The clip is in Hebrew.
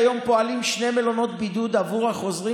כיום פועלים שני מלונות בידוד עבור החוזרים